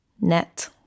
Net